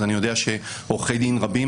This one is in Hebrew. אז אני יודע שעורכי דין רבים,